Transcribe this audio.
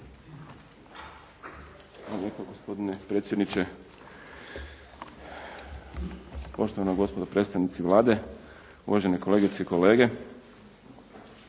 Hvala vam